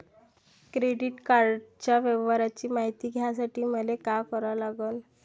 Credit कार्डाच्या व्यवहाराची मायती घ्यासाठी मले का करा लागन?